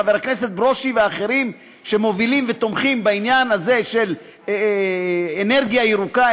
חבר הכנסת ברושי ואחרים שמובילים ותומכים בעניין הזה של אנרגיה ירוקה,